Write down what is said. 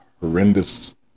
horrendous